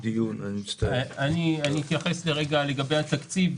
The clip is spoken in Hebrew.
אני אתייחס לגבי התקציב.